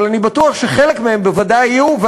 אבל אני בטוח שחלק מהם בוודאי יהיו,